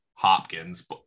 hopkins